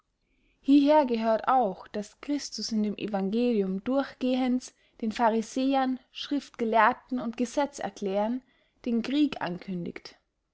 hieher gehört auch daß christus in dem evangelium durchgehends den pharisäern schriftgelehrten und gesetzerklären den krieg ankündigt